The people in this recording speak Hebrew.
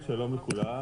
שלום לכולם.